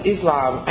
Islam